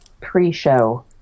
pre-show